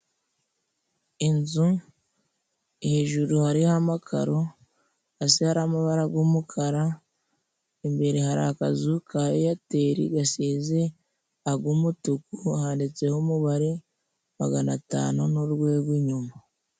Inzu hejuru hariho amakaro， hasi hari amabara g'umukara， imbere hari akazu ka iyateri gasize ag'umutuku， handitseho umubare magana atanu n'urwego inyuma.